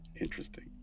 Interesting